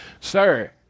Sir